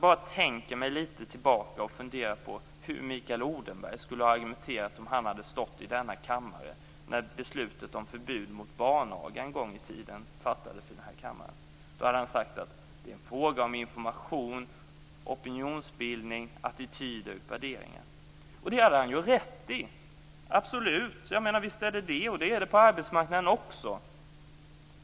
Jag tänker mig lite tillbaka och funderar på hur Mikael Odenberg skulle ha argumenterat om han hade stått i denna kammare när beslutet om förbud mot barnaga en gång i tiden fattades. Då hade han sagt att det är en fråga om information, opinionsbildning, attityder och värderingar. Det skulle han också absolut ha haft rätt i. Visst är det så, och detta gäller också på arbetsmarknaden.